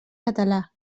català